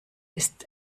ist